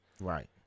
right